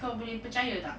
kau boleh percaya tak